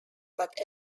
but